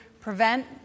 prevent